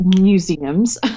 museums